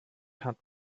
hat